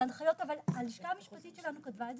אבל אלה הנחיות שהלשכה המשפטית שלנו כתבה וזה